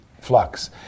flux